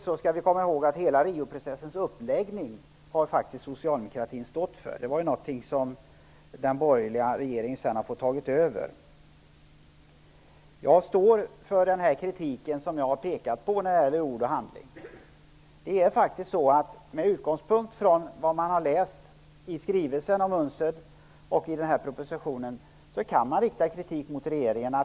Man skall komma ihåg att socialdemokratin faktiskt har stått för hela Rioprocessens uppläggning, som den borgerliga regeringen sedan har fått ta över. Jag står för den kritik som jag har riktat när det gäller ord och handling. Med utgångspunkt från vad man har läst i skrivelsen från UNCED och i propositionen kan man rikta kritik mot regeringen.